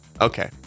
okay